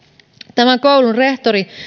tämän koulun rehtori